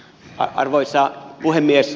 arvoisa puhemies